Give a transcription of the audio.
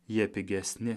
jie pigesni